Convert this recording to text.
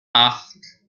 acht